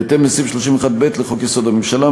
בהתאם לסעיף 31(ב) לחוק-יסוד: הממשלה,